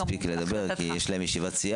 פרייס.